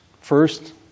First